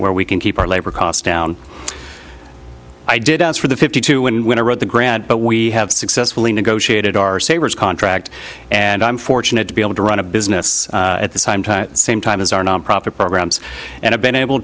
where we can keep our labor costs down i did ask for the fifty two in when i wrote the grant but we have successfully negotiated our saviour's contract and i'm fortunate to be able to run a business at the same time as our nonprofit programs and i've been able